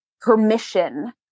permission